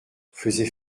faisait